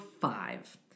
five